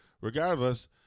Regardless